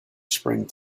spring